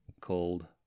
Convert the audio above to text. called